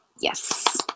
yes